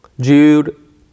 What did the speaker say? Jude